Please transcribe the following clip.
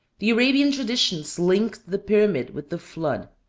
the arabian traditions linked the pyramid with the flood.